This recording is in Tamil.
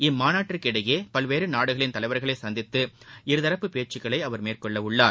இம்மாநாட்டிற்கிடையே பல்வேறு நாடுகளின் தலைவர்களை சந்தித்து இருதரப்பு பேச்சுக்களை அவர் மேற்கொள்ள உள்ளார்